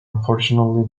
unfortunately